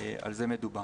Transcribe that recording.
על זה מדובר.